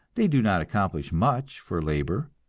they do not accomplish much for labor.